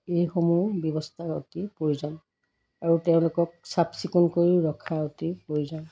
এইসমূহ ব্যৱস্থাৰ অতি প্ৰয়োজন আৰু তেওঁলোকক চাফ চিকু কৰিও ৰখাৰ অতি প্ৰয়োজন